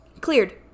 cleared